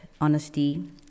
honesty